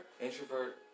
Introvert